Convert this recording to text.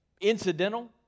Incidental